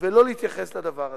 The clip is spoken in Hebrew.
ולא להתייחס לדבר הזה.